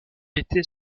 était